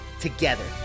together